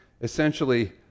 essentially